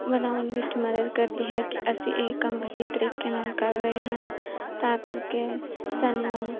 ਬਣਾਉਣ ਵਿੱਚ ਮਦਦ ਕਰਦੀ ਹੈ ਕਿ ਅਸੀਂ ਇਹ ਕੰਮ ਵਧੀਆ ਤਰੀਕੇ ਨਾਲ ਕਰ ਰਹੇ ਹਨ ਤਾਂ ਕਰਕੇ ਸਾਨੂੰ